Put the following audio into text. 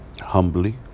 humbly